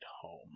home